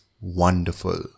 wonderful